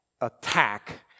attack